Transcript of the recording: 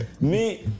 mais